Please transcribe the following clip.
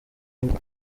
uwo